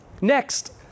Next